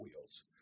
Wheels